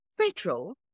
petrol